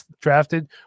drafted